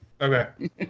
Okay